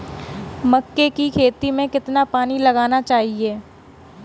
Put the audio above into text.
मक्के की खेती में कितना पानी लगाना चाहिए?